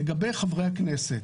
לגבי חברי הכנסת,